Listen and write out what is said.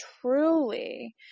truly